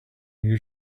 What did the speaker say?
new